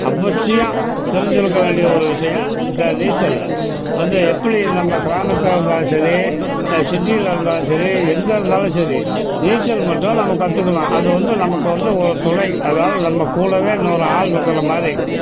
அவசியம் தெரிஞ்சுருக்க வேண்டிய ஒரு விஷயம் இந்த நீச்சல் வந்து எப்படி நம்ம கிராமத்தில் இருந்தாலும் சரி சிட்டியில் இருந்தாலும் சரி எங்கே இருந்தாலும் சரி நீச்சல் மட்டும் நம்ம கற்றுக்கணும் அது வந்து நமக்கு வந்து ஒரு துணை அதாவது நம்ம கூடவே இன்னொரு ஆள் இருக்கிற மாதிரி